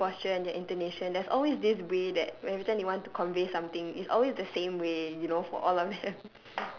their body posture and their intonation there's always this way that when every time they want to convey something it's always the same way you know for all of them